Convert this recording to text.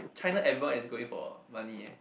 China everyone is going for money eh